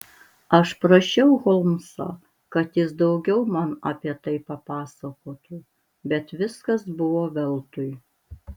aš prašiau holmsą kad jis daugiau man apie tai papasakotų bet viskas buvo veltui